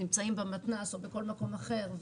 נמצאים במתנ"ס או בכל מקום אחר,